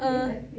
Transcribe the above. (uh huh)